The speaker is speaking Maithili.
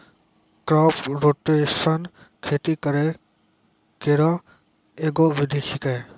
क्रॉप रोटेशन खेती करै केरो एगो विधि छिकै